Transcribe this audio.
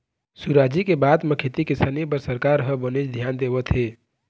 सुराजी के बाद म खेती किसानी बर सरकार ह बनेच धियान देवत हे